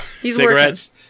cigarettes